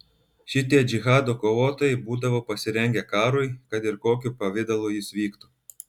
šitie džihado kovotojai būdavo pasirengę karui kad ir kokiu pavidalu jis vyktų